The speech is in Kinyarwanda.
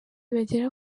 bagera